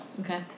Okay